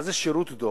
מה זה שירות דוב?